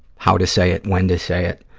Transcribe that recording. how to say it, when to say it.